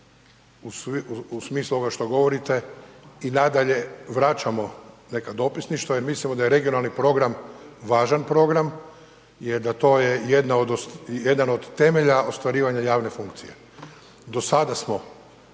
u smislu ovoga šta govorite i nadalje vraćamo neka dopisništva jer mislimo da je regionalni program važan program jer da to je jedna od, jedan od temelja ostvarivanja javne funkcije. Do sada smo,